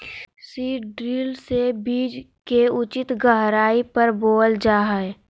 seed drill से बीज के उचित गहराई पर बोअल जा हइ